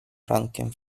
rankiem